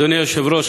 אדוני היושב-ראש,